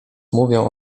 mówią